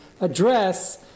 address